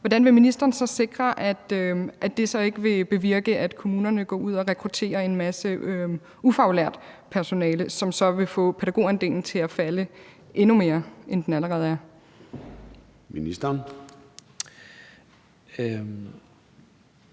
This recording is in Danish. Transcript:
ikke vil bevirke, at kommunerne går ud og rekrutterer en masse ufaglært personale, som så vil få pædagogandelen til at falde endnu mere, end den allerede er? Kl.